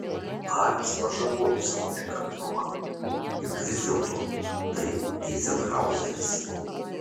haris pažabojo savo nekantrumą juk vis dėlto tai eizenhaueris